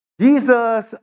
Jesus